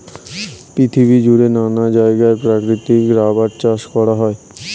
পৃথিবী জুড়ে নানা জায়গায় প্রাকৃতিক রাবার চাষ করা হয়